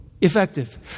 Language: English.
effective